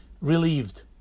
relieved